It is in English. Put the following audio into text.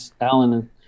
Alan